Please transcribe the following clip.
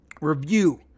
review